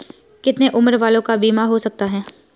कितने उम्र वालों का बीमा हो सकता है?